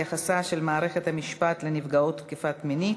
יחסה של מערכת המשפט לנפגעות תקיפה מינית,